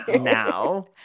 now